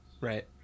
right